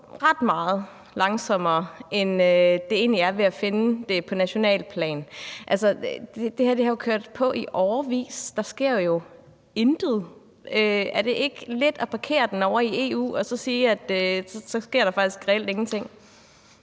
ret meget langsommere, end det egentlig gør at finde den på nationalt plan? Altså, det her har stået på i årevis. Der sker jo intet. Er det ikke lidt at parkere den ovre i EU, og så sker der faktisk reelt ingenting?